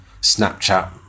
Snapchat